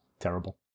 Terrible